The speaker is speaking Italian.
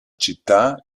città